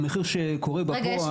המחיר שקורה בפועל --- רגע,